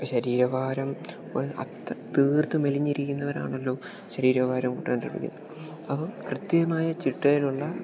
ശരീരഭാരം ഒരു അത്ത തീർത്ത് മെലിഞ്ഞിരിക്കുന്നവർ ആണല്ലോ ശരീരഭാരം കൂട്ടാൻ ശ്രമിക്കുന്നത് അപ്പം കൃത്യമായ ചിട്ടയിലുള്ള